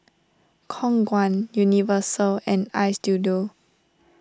Khong Guan Universal and Istudio